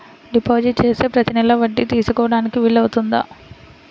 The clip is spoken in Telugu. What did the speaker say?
డిపాజిట్ చేస్తే ప్రతి నెల వడ్డీ తీసుకోవడానికి వీలు అవుతుందా?